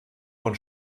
von